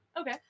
Okay